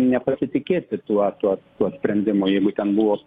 nepasitikėti tuo tuo tuo sprendimu jeigu ten buvo